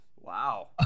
Wow